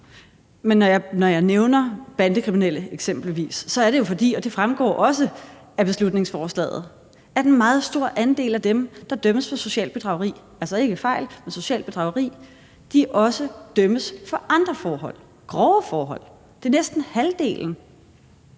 eksempelvis nævner bandekriminelle, er det jo – og det fremgår også af beslutningsforslaget – fordi en meget stor andel af dem, der dømmes for socialt bedrageri, altså ikke fejl, men socialt bedrageri, også dømmes for andre forhold, grove forhold. Det er næsten halvdelen,